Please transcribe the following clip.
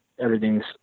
everything's